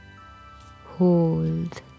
hold